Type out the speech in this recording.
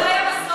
ממתי המסורת?